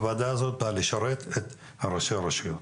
הוועדה הזו באה לשרת את ראשי הרשויות.